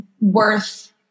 worth